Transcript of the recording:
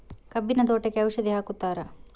ಕಬ್ಬಿನ ತೋಟಕ್ಕೆ ಔಷಧಿ ಹಾಕುತ್ತಾರಾ?